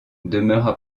demeura